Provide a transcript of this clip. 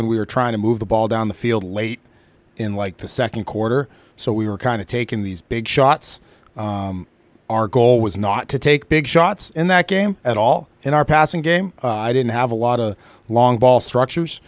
when we were trying to move the ball down the field late in like the second quarter so we were kind of taking these big shots our goal was not to take big shots in that game at all in our passing game i didn't have a lot of long ball structures